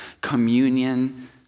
communion